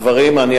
הדברים האלה,